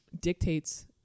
dictates